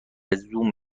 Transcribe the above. زوم